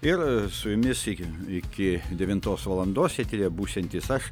ir su jumis iki iki devintos valandos eteryje būsiantis aš